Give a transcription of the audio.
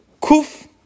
Kuf